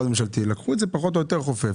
ממשלתי כי עשו את זה פחות או יותר חופף.